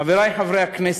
חברי חברי הכנסת,